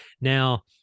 Now